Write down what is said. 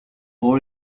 all